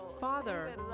Father